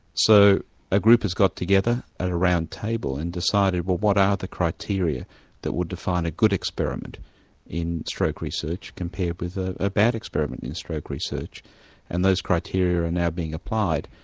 so a group has got together at a round table and decided well what are the criteria that would define a good experiment in stroke research compared with a a bad experiment in stroke research and those criteria are now being applied.